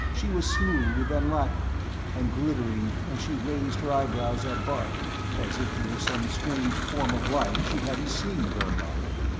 she was smooth and lacquered and glittering and she raised her eyebrows at bart as if he were some strange form of life she hadn't seen very often.